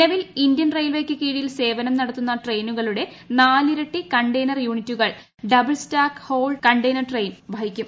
നിലവിൽ ഇന്ത്യൻ റെയിൽവേക്ക് കീഴിൽ സേവനം നടത്തുന്ന ട്രെയിനുകളുടെ നാലിരട്ടി കണ്ടെയ്നർ യൂണിറ്റുകൾ double stack long haul container ട്രെയിനിൽ വഹിക്കാനാകും